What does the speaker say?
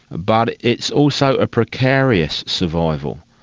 but it's also a precarious survival.